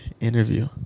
interview